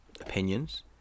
opinions